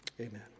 Amen